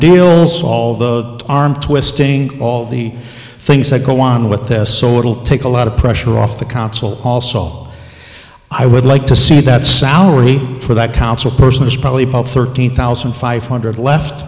deals all the arm twisting all the things that go on with this so it'll take a lot of pressure off the council also i would like to see that salary for that council person is probably about thirteen thousand five hundred left